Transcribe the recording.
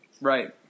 Right